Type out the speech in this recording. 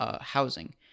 housing